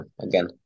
again